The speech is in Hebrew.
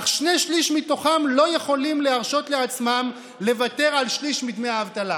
אך שני-שלישים מתוכם לא יכולים להרשות לעצמם לוותר על שליש מדמי האבטלה.